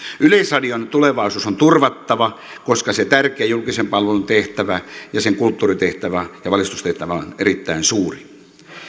yleisradion tulevaisuus on turvattava koska se tärkeä julkisen palvelun tehtävä ja sen kulttuuritehtävä ja valistustehtävä on on erittäin suuri